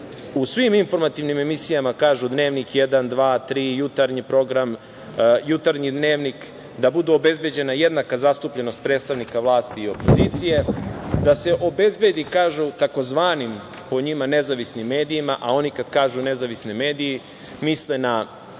u svim informativnim emisijama kažu, Dnevnik jedan, dva, tri, jutarnji program, jutarnji Dnevnik, da bude obezbeđena jednaka zastupljenost predstavnika vlasti i opozicije. Da se obezbedi, kažu, tzv. po njima nezavisnim medijima, a oni kad kažu nezavisni mediji, misle na